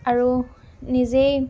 আৰু নিজেই